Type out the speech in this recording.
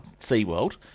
SeaWorld